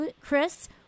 Chris